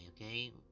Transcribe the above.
okay